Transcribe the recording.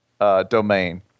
domain